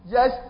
Yes